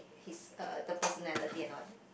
his uh the personality and all that